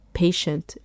patient